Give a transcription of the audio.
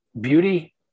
beauty